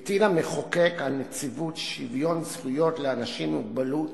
הטיל המחוקק על נציבות שוויון זכויות לאנשים עם מוגבלות,